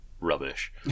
rubbish